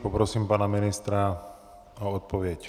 Poprosím pana ministra o odpověď.